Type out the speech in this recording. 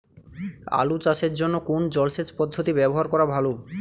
আলু চাষের জন্য কোন জলসেচ পদ্ধতি ব্যবহার করা ভালো?